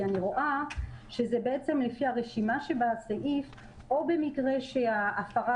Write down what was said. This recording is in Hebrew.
כי אני רואה לפי הרשימה שבסעיף שזה או במקרה שההפרה